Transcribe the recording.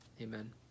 Amen